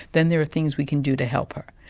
then there are things we can do to help her,